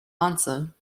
answer